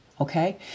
okay